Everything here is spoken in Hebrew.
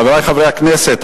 חברי חברי הכנסת,